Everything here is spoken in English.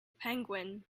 penguin